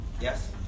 Yes